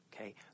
Okay